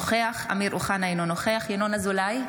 נוכח אמיר אוחנה, אינו נוכח ינון אזולאי,